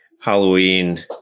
Halloween